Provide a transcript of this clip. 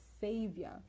Savior